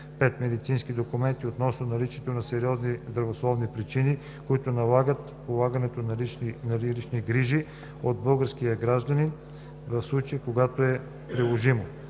5. медицински документи относно наличието на сериозни здравословни причини, които налагат полагането на лични грижи от българския гражданин, в случаите, когато е приложимо.